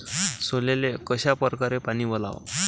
सोल्याले कशा परकारे पानी वलाव?